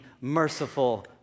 merciful